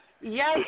Yes